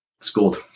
scored